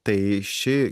tai ši